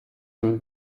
some